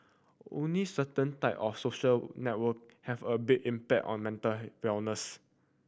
only certain type of social network have a big impact on mental wellness